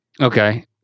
Okay